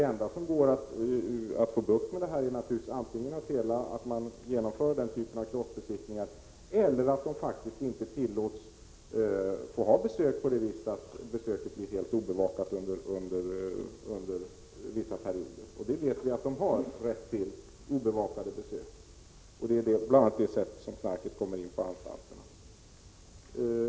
Enda sättet att få bukt med detta är naturligtvis att genomföra den typen av kroppsbesiktningar eller att helt obevakade besök inte tillåts under vissa perioder. Vi vet att de intagna har rätt till obevakade besök. Det är bl.a. på det sättet som knarket kommer in på anstalterna.